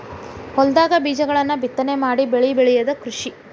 ಹೊಲದಾಗ ಬೇಜಗಳನ್ನ ಬಿತ್ತನೆ ಮಾಡಿ ಬೆಳಿ ಬೆಳಿಯುದ ಕೃಷಿ